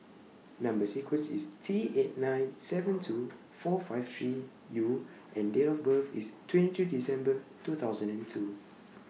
Number sequence IS T eight nine seven two four five three U and Date of birth IS twenty three December two thousand and two